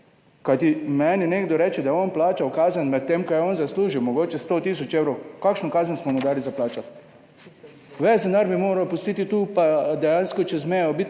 Kajti meni nekdo reče, da je on plačal kazen med tem, ko je on zaslužil mogoče 100 tisoč evrov, kakšno kazen smo mu dali za plačati? Ves denar bi moral pustiti tu pa dejansko čez mejo biti